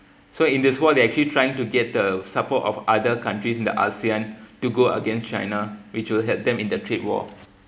so in this world they're actually trying to get the support of other countries in the asean to go against china which will help them in their trade war